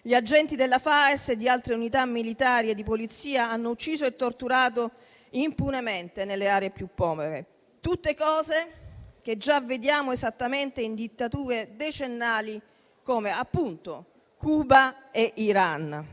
Gli agenti della Faes e di altre unità militari e di polizia hanno ucciso e torturato impunemente nelle aree più povere. Tutte cose che già vediamo esattamente in dittature decennali come, appunto, Cuba e Iran.